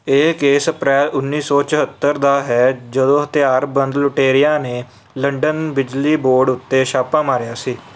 ਇਹ case April ਉੱਨੀ ਦੋ ਚੁਹੱਤਰ ਦਾ ਹੈ ਜਦੋਂ ਹਥਿਆਰਬੰਦ ਲੁਟੇਰਿਆਂ ਨੇ ਲੰਡਨ ਬਿਜਲੀ ਬੋਰਡ ਉੱਤੇ ਛਾਪਾ ਮਾਰਿਆ ਸੀ